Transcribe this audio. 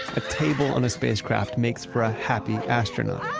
a table on a spacecraft makes for a happy astronaut